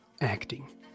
Acting